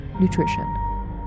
nutrition